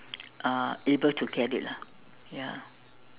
uh able to get it lah ya